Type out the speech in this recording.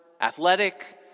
athletic